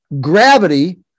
gravity